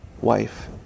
wife